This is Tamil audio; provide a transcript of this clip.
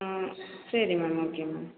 ஆ சரி மேம் ஓகே மேம்